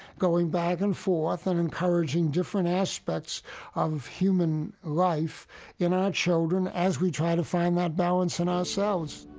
going back and forth and encouraging different aspects of human life in our children as we try to find that balance in ourselves